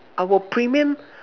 our premium